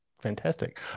Fantastic